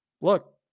Look